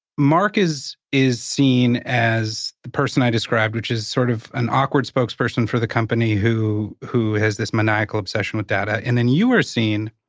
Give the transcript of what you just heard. mark is seen seen as the person i described, which is sort of an awkward spokesperson for the company, who who has this maniacal obsession with data. and then you are seen